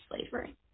slavery